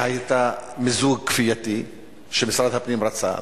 שהיתה מיזוג כפוי שמשרד הפנים רצה,